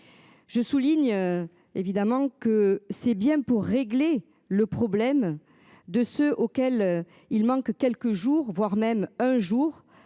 Je souligne. Évidemment que c'est bien pour régler le problème de ceux auxquels il manque quelques jours voire même un jour